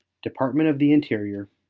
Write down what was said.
department of the interior,